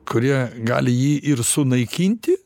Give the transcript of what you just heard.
kurie gali jį ir sunaikinti